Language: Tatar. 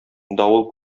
давыл